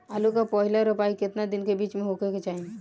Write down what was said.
आलू क पहिला रोपाई केतना दिन के बिच में होखे के चाही?